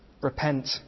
repent